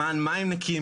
למען מים נקיים,